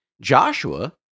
Joshua